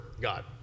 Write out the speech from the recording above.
God